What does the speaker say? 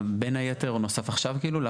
בין היתר נוסף עכשיו כאילו?